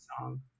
song